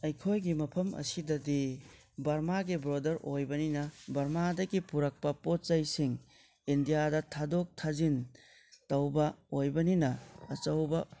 ꯑꯩꯈꯣꯏꯒꯤ ꯃꯐꯝ ꯑꯁꯤꯗꯗꯤ ꯚꯔꯃꯥꯒꯤ ꯕ꯭ꯔꯣꯗꯔ ꯑꯣꯏꯕꯅꯤꯅ ꯚꯔꯃꯥꯗꯒꯤ ꯄꯨꯔꯛꯄ ꯄꯣꯠ ꯆꯩꯁꯤꯡ ꯏꯟꯗꯤꯌꯥꯗ ꯊꯥꯗꯣꯛ ꯊꯥꯖꯤꯟ ꯇꯧꯕ ꯑꯣꯏꯕꯅꯤꯅ ꯑꯆꯧꯕ